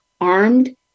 armed